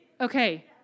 Okay